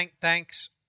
Thanks